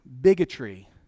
bigotry